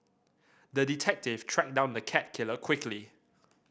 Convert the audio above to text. the detective tracked down the cat killer quickly